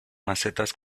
macetas